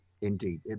indeed